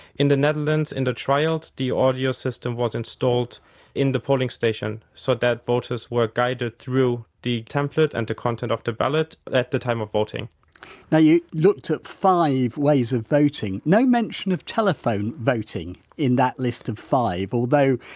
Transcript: in the netherlands, in the trials, the audio system was installed in the polling station so that voters were guided through the template and the content of the ballot at the time of voting now you looked at five ways of voting, no mention of telephone voting in that list of five, although,